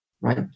right